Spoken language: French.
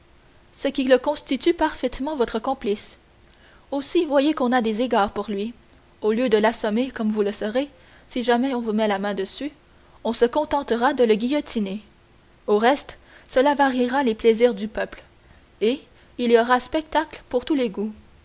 ce qui le constitue parfaitement votre complice aussi voyez qu'on a des égards pour lui au lieu de l'assommer comme vous le serez si jamais on vous met la main dessus on se contentera de le guillotiner au reste cela variera les plaisirs du peuple et il y aura spectacle pour tous les goûts